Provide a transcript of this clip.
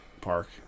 Park